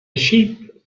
sheep